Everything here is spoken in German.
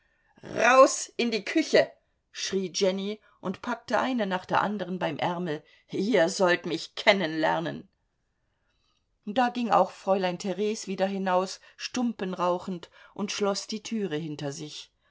raus in die küche schrie jenny und packte eine nach der andern beim ärmel ihr sollt mich kennenlernen da ging auch fräulein theres wieder hinaus stumpen rauchend und schloß die türe hinter sich